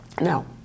No